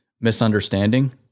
misunderstanding